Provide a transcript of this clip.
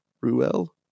Ruel